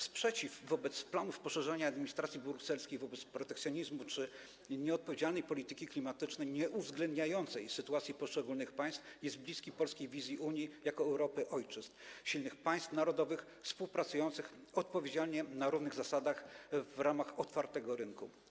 Sprzeciw wobec planów poszerzania administracji brukselskiej, wobec protekcjonizmu czy nieodpowiedzialnej polityki klimatycznej, nieuwzględniającej sytuacji poszczególnych państw, jest bliski polskiej wizji Unii jako Europy ojczyzn, silnych państw narodowych współpracujących odpowiedzialnie na równych zasadach w ramach otwartego rynku.